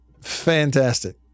Fantastic